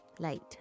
late